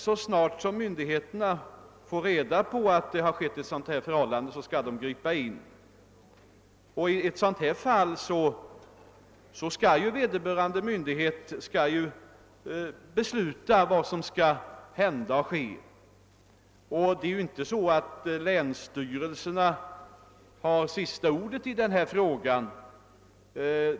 Så snart som myndigheterna får reda på att en sådan inträffat skall de emellertid gripa in, och i ett fall som det aktuella skall de ju besluta om åtgärder. Länsstyrelserna har emellertid inte sista ordet i denna fråga.